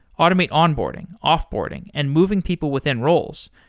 automate onboarding, off-boarding and moving people within roles.